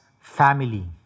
family